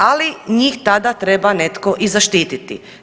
Ali njih tada treba netko i zaštititi.